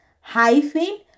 hyphen